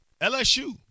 LSU